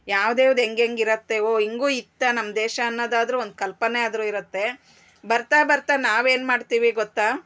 ಯಾವ್ದು ಯಾವ್ದು ಹೆಂಗೆಂಗಿರುತ್ತೆ ಓ ಹಿಂಗೂ ಇತ್ತಾ ನಮ್ಮ ದೇಶ ಅನ್ನೊದಾದ್ರೂ ಒಂದು ಕಲ್ಪನೆ ಆದರೂ ಇರುತ್ತೆ ಬರ್ತಾ ಬರ್ತಾ ನಾವೇನು ಮಾಡ್ತೀವಿ ಗೊತ್ತ